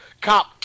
cop